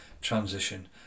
transition